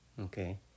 Okay